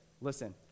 Listen